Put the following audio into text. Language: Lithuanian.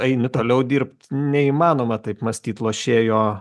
eini toliau dirbt neįmanoma taip mąstyt lošėjo